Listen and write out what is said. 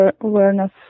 awareness